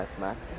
Max